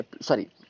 sorry